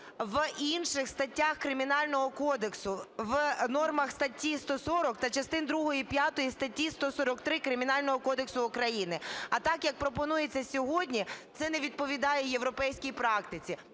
в інших статтях Кримінального кодексу: в нормах статті 140 та частин другої і п'ятої статті 143 Кримінального кодексу України. А так, як пропонується сьогодні, це не відповідає європейській практиці.